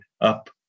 up